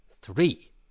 three